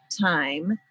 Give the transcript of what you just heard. time